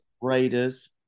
Raiders